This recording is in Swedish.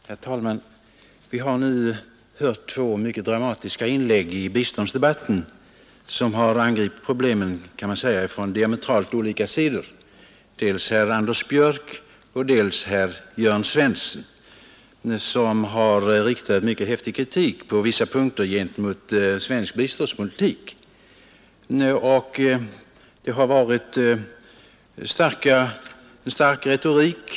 Herr talman! Vi har nu hört två mycket dramatiska inlägg i biståndsdebatten som har angript problemen, kan man säga, från diametralt motsatta sidor. Det är dels herr Anders Björck, dels herr Jörn Svensson som har riktat mycket häftig kritik på vissa punkter gentemot svensk biståndspolitik, och det har varit med stark retorik.